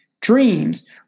Dreams